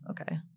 Okay